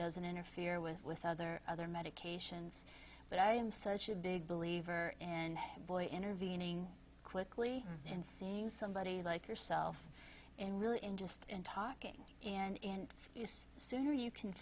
doesn't interfere with with other other medications but i am such a big believer in boy intervening quickly and seeing somebody like yourself in really in just in talking in use sooner you can